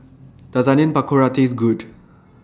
Does Onion Pakora Taste Good